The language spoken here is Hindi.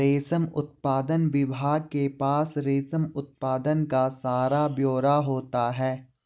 रेशम उत्पादन विभाग के पास रेशम उत्पादन का सारा ब्यौरा होता है